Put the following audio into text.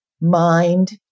mind